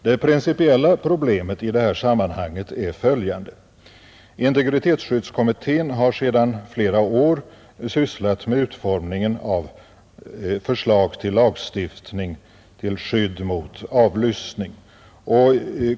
Det principiella problemet i det här sammanhanget är följande. Integritetsskyddskommittén har sedan flera år sysslat med utformningen av förslag till lagstiftning till skydd mot avlyssning.